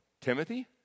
Timothy